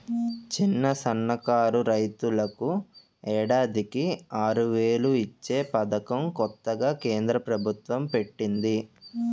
చిన్న, సన్నకారు రైతులకు ఏడాదికి ఆరువేలు ఇచ్చే పదకం కొత్తగా కేంద్ర ప్రబుత్వం పెట్టింది